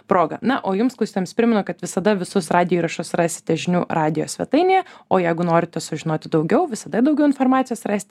proga na o jums klausytojams primenu kad visada visus radijo įrašus rasite žinių radijo svetainėje o jeigu norite sužinoti daugiau visada daugiau informacijos rasite